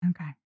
Okay